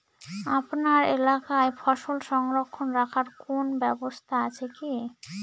আপনার এলাকায় ফসল সংরক্ষণ রাখার কোন ব্যাবস্থা আছে কি?